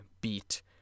beat